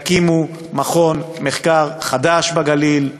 תקימו מכון מחקר חדש בגליל.